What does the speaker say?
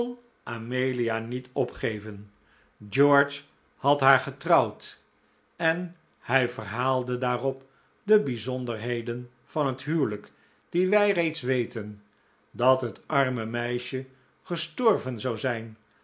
amelia niet opgeven george had haar getrouwd en hij verhaalde daarop de bijzonderheden van het huwelijk die wij reeds weten dat het arme meisje gestorven zou zijn